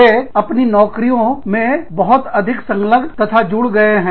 वे अपनी नौकरियों मे बहुत अधिक संलग्न तथा जुड़ गए हैं